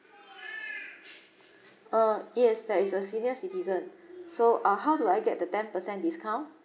uh yes there is a senior citizen so uh how do I get the ten percent discount